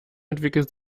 entwickelt